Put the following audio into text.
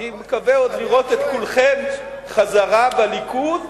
אני מקווה עוד לראות את כולכם בחזרה בליכוד,